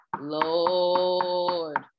Lord